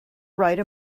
write